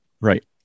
right